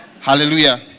Hallelujah